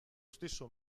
stesso